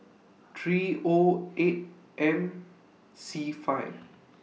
three O eight M C five